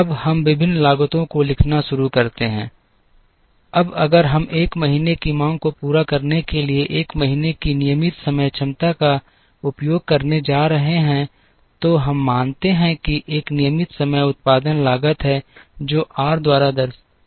अब हम विभिन्न लागतों को लिखना शुरू करते हैं अब अगर हम 1 महीने की मांग को पूरा करने के लिए 1 महीने की नियमित समय क्षमता का उपयोग करने जा रहे हैं तो हम मानते हैं कि एक नियमित समय उत्पादन लागत है जो आर द्वारा दी गई है